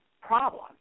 problem